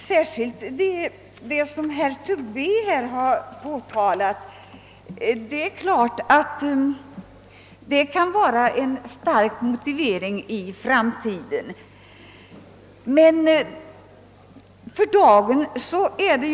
Särskilt den omständighet som herr Tobé påtalade kan vara en stark motivering för en lagstiftning i framtiden.